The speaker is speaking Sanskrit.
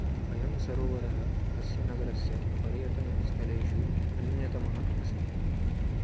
अयं सरोवरः अस्य नगरस्य पर्यटनस्थलेषु अन्यतमः अस्ति